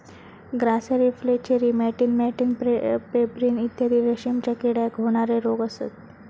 grasserie flacherie मॅटिन मॅटिन pebrine इत्यादी रेशीमच्या किड्याक होणारे रोग असत